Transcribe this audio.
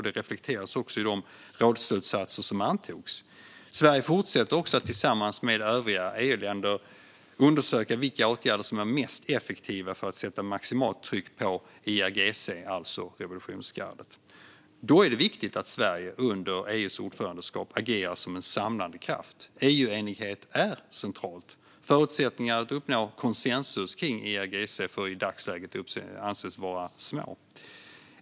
Detta reflekteras också i de rådsslutsatser som antogs. Sverige fortsätter att tillsammans med övriga EU-länder undersöka vilka åtgärder som är mest effektiva för att sätta maximalt tryck på IRGC, alltså revolutionsgardet. Då är det viktigt att Sverige under EU:s ordförandeskap agerar som en samlande kraft. EU-enighet är centralt, men förutsättningarna för att uppnå konsensus kring IRGC får i dagsläget anses små.